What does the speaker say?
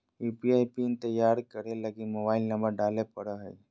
UPI pin तैयार करे लगी मोबाइल नंबर डाले पड़ो हय